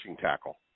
tackle